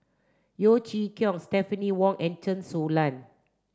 Yeo Chee Kiong Stephanie Wong and Chen Su Lan